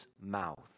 mouth